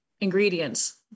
ingredients